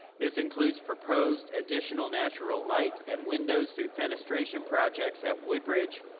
this includes proposed additional natural light and windows through fenestration projects at woodbridge,